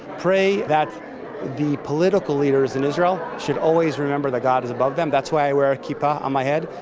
pray that the political leaders in israel should always remember that god is above them. that's why i wear a kippa on my head.